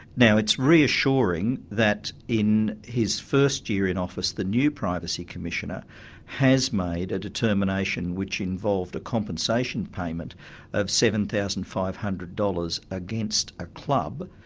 now, it's reassuring that in his first year in office the new privacy commissioner has made a determination which involved a compensation payment of seven thousand five hundred dollars against a club,